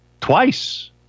twice